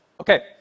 Okay